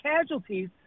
casualties